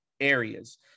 areas